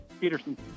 Peterson